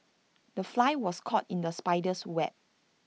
the fly was caught in the spider's web